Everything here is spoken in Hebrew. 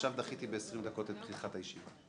עכשיו דחיתי ב-20 דקות את פתיחת הישיבה.